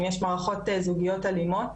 אם יש מערכות זוגיות אלימות,